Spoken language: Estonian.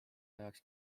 ajaks